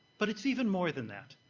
but it's even more than that.